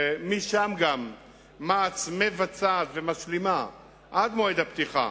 שמשם גם מע"צ מבצעת ומשלימה עד מועד הפתיחה,